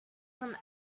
from